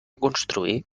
construir